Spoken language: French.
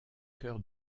cœur